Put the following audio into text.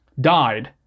died